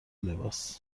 لباس